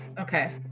okay